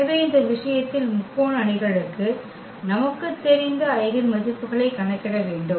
எனவே இந்த விஷயத்தில் முக்கோண அணிகளுக்கு நமக்குத் தெரிந்த ஐகென் மதிப்புகளைக் கணக்கிட வேண்டும்